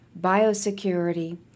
Biosecurity